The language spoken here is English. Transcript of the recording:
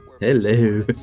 Hello